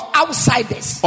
outsiders